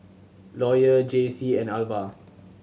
Lawyer Jaycie and Alvah